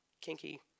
kinky